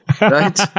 right